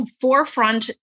forefront